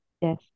yes